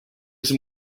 some